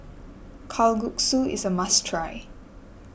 Kalguksu is a must try